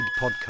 podcast